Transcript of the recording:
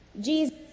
jesus